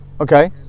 Okay